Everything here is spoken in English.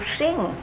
sing